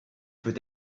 peut